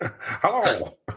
Hello